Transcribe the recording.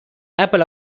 apple